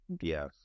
Yes